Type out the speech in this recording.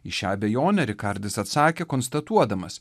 į šią abejonę rikardis atsakė konstatuodamas